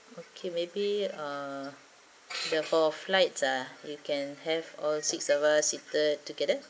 okay maybe uh the for flights ah you can have all six of us seated together